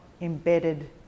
embedded